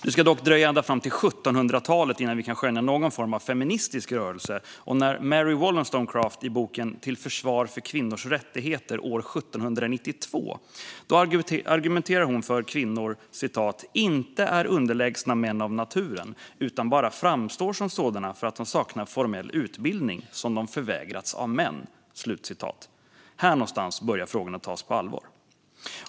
Det ska dock dröja ända fram till 1700-talet innan vi kan skönja någon form av feministisk rörelse när Mary Wollstonecraft i boken Till försvar för kvinnans rättigheter år 1792 argumenterar för att kvinnor inte är underlägsna män av naturen, utan bara framstår som sådana för att de saknar formell utbildning som de förvägrats av män. Här någonstans börjar frågorna tas på allvar.